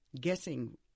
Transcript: guessing